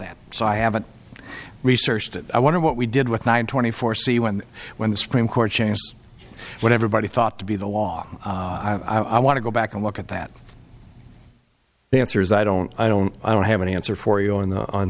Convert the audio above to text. that so i haven't researched it i want to what we did with nine twenty four c when when the supreme court changed what everybody thought to be the law i want to go back and look at that the answer is i don't i don't i don't have any answer for you on the on